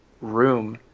room